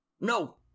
No